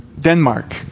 Denmark